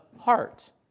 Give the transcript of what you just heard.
heart